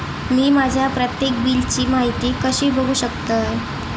मी माझ्या प्रत्येक बिलची माहिती कशी बघू शकतय?